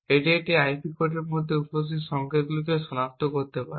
এটি একটি আইপি কোডের মধ্যে উপস্থিত সংকেতগুলি সনাক্ত করতে পারে